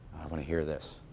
i wanna hear this.